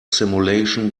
simulation